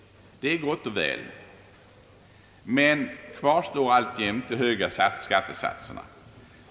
Det är gott och väl, men kvar står alltjämt de höga skattesatserna.